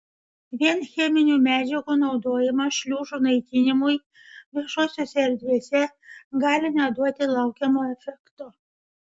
vien cheminių medžiagų naudojimas šliužų naikinimui viešosiose erdvėse gali neduoti laukiamo efekto